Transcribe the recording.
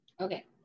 Okay